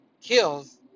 kills